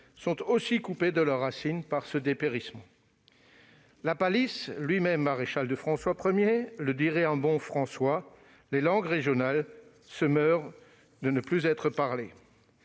sont aussi coupés de leurs racines par ce dépérissement. La Palice, lui-même maréchal de François I, le dirait « en bon françois »: les langues régionales se meurent de ne plus être parlées.